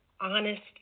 honest